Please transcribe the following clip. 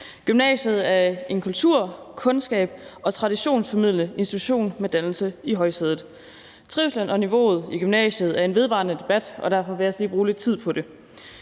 Gymnasiet er en kultur-, kundskabs- og traditionsformidlende institution med dannelse i højsædet. Trivslen og niveauet i gymnasiet er en vedvarende debat, og derfor vil jeg også lige bruge lidt tid på det.